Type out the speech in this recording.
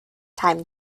time